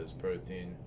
protein